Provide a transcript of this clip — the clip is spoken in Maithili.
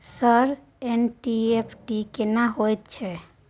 सर एन.ई.एफ.टी केना होयत छै?